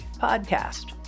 podcast